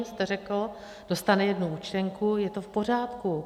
jste řekl, dostane jednu účtenku, je to v pořádku.